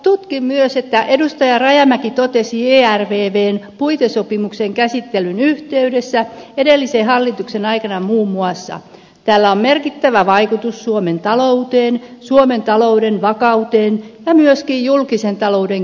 tutkin myös että edustaja rajamäki totesi ervvn puitesopimuksen käsittelyn yhteydessä edellisen hallituksen aikana muun muassa että tällä on merkittävä vaikutus suomen talouteen suomen talouden vakauteen ja myöskin julkisen talouden kestävyyteen